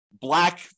black